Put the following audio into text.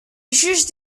juge